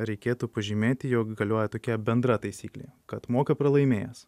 reikėtų pažymėti jog galioja tokia bendra taisyklė kad moka pralaimėjęs